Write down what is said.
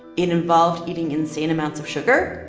it involved eating insane amounts of sugar.